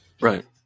Right